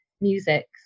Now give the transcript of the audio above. music